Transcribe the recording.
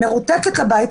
מרותקת לביתי,